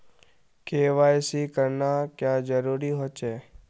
KYC करना क्याँ जरुरी होचे?